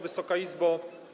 Wysoka Izbo!